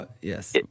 Yes